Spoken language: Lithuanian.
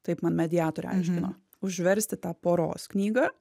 taip man mediatorė aiškino užversti tą poros knygą